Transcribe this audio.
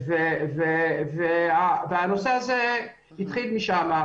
הנושא הזה התחיל משם,